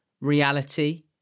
reality